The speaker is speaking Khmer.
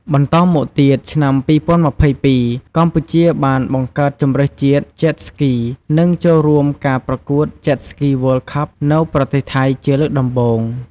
បន្តមកទៀតឆ្នាំ ២០២២ កម្ពុជាបានបង្កើតជម្រើសជាតិ Jet Ski និងចូលរួមការប្រកួត Jet Ski World Cup នៅប្រទេសថៃ ជាលើកដំបូង។